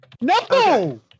No